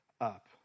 up